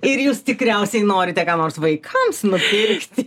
ir jūs tikriausiai norite ką nors vaikams nupirkti